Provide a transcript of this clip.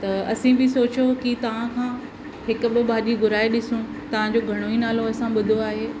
त असीं बि सोचो कि तव्हां खां हिकु ॿ भाॼी घुराए ॾिसूं तव्हांजो घणो ई नालो असां ॿुधो आहे